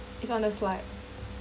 it's on the slide